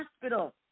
hospital